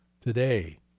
today